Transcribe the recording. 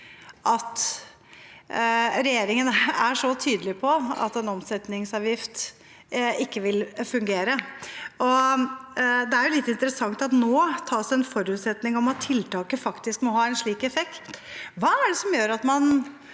at regjeringen er så tydelig på at en omsetningsavgift ikke vil fungere. Det er litt interessant at det nå tas en forutsetning om at tiltaket faktisk må ha en slik effekt. Hva er det som gjør at man